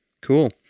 Cool